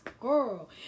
Girl